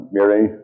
Mary